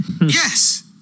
Yes